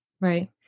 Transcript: right